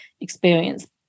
experience